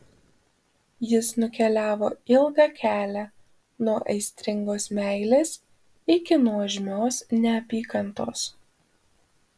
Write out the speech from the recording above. jis nukeliavo ilgą kelią nuo aistringos meilės iki nuožmios neapykantos